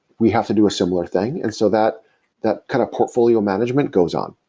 we have to do a similar thing. and so that that kind of portfolio management goes on